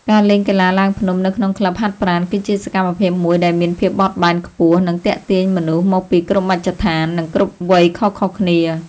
ការលេងកីឡាឡើងភ្នំនៅក្នុងក្លឹបហាត់ប្រាណ គឺជាសកម្មភាពមួយដែលមានភាពបត់បែនខ្ពស់ និងទាក់ទាញមនុស្សមកពីគ្រប់មជ្ឈដ្ឋាន និងគ្រប់វ័យខុសៗគ្នា។